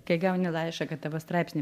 kai gauni laišką kad tavo straipsnį